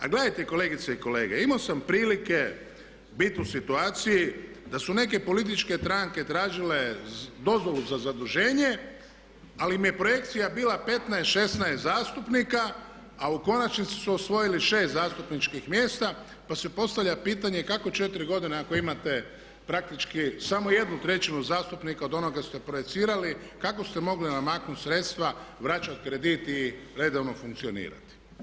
A gledajte kolegice i kolege imao sam prilike biti u situaciji da su neke političke stranke tražile dozvolu za zaduženje ali im je projekcija bila 15, 16 zastupnika a u konačnici su usvojili 6 zastupničkih mjesta pa se postavlja pitanje kako 4 godine ako imate praktički samo jednu trećinu zastupnika od onoga što ste projicirali kako ste mogli namaknuti sredstva, vraćati kredit i redovno funkcionirati.